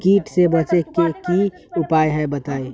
कीट से बचे के की उपाय हैं बताई?